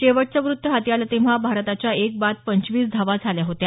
शेवटचं वृत्त हाती आलं तेव्हा भारताच्या एक बाद पंचवीस धावा झाल्या होत्या